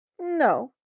No